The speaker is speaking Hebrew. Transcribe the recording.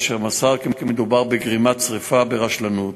אשר מסר כי מדובר בגרימת שרפה ברשלנות.